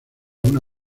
una